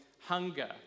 hunger